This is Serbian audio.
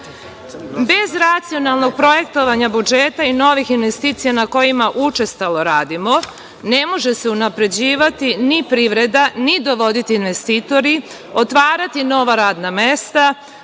Bez racionalnog projektovanja budžeta i novih investicija, na kojima učestalo radimo, ne može se unapređivati ni privreda, ni dovoditi investitori, otvarati nova radna mesta,